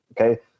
okay